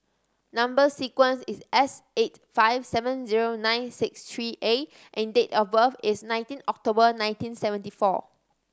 number sequence is S eight five seven zero nine six three A and date of birth is nineteen October nineteen seventy four